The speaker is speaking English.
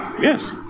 Yes